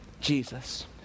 Jesus